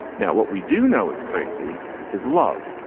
now what we do know is crazy is love.